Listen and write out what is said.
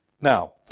Now